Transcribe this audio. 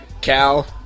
Cal